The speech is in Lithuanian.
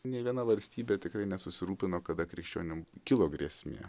nei viena valstybė tikrai nesusirūpino kada krikščionim kilo grėsmė